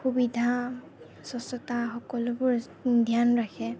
সুবিধা স্বচ্ছতা সকলোবোৰ ধ্যান ৰাখে